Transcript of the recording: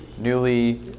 newly